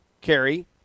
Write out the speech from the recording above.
Kerry